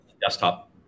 desktop